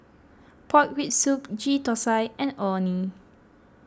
Pork Rib Soup Ghee Thosai and Orh Nee